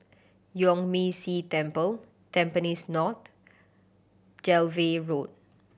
Yuan Ming Si Temple Tampines North Dalvey Road